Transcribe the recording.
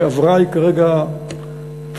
שעברה היא כרגע תלויה,